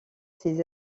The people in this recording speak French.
ses